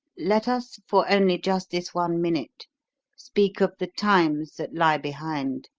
let us for only just this one minute speak of the times that lie behind.